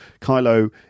Kylo